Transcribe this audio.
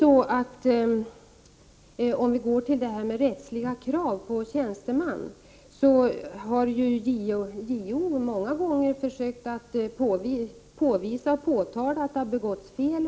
Vad beträffar rättsliga krav på tjänsteman har JO många gånger försökt påvisa och påtala att det har begåtts fel.